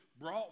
brought